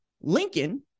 Lincoln